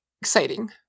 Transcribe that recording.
exciting